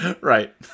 Right